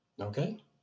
Okay